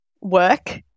work